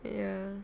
ya